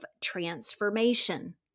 transformation